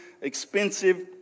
expensive